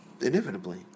inevitably